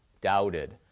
doubted